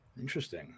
Interesting